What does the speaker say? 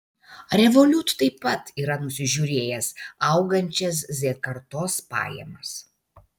revolut taip pat yra nusižiūrėjęs augančias z kartos pajamas